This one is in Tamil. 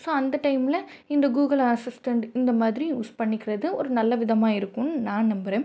ஸோ அந்த டைம்ல இந்த கூகுள் அசிஸ்டண்ட் இந்த மாதிரி யூஸ் பண்ணிக்கிறது ஒரு நல்ல விதமாக இருக்குதுன்னு நான் நம்புகிறேன்